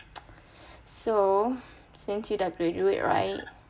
so since you the graduate right